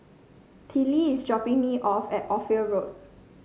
Tillie is dropping me off at Ophir Road